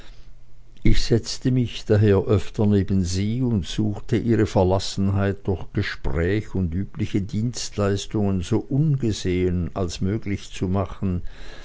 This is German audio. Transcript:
ich setzte mich daher öfter neben sie und suchte ihre verlassenheit durch gespräch und übliche dienstleistungen so ungesehen als möglich zu machen